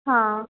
ਹਾਂ